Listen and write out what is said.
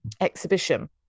exhibition